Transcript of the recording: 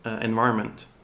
environment